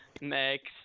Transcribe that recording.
Next